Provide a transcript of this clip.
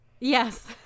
Yes